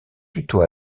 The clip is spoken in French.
plutôt